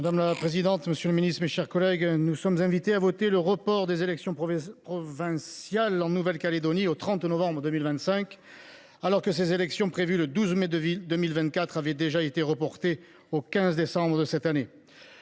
Madame la présidente, monsieur le ministre, mes chers collègues, nous sommes invités à voter le report au 30 novembre 2025 des élections provinciales en Nouvelle Calédonie, alors que ces élections prévues le 12 mai 2024 avaient déjà été reportées au 15 décembre de la présente année.